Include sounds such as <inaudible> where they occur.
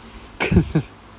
<laughs>